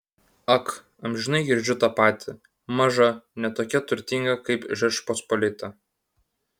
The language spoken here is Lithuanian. ak amžinai girdžiu tą patį maža ne tokia turtinga kaip žečpospolita